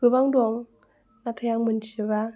गोबां दं नाथाय आं मोन्थिजोबा